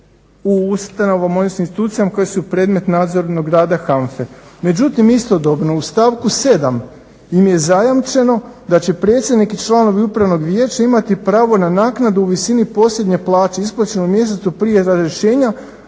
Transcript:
u ustanovama, odnosno institucijama koje su predmet nadzornog rada HANFA-e. Međutim istodobno u stavku 7. im je zajamčeno da će predsjednik i članovi upravnog vijeća imati pravo na naknadu u visini posljednje plaće isplaćene u mjesecu prije razrješenja